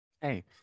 Hey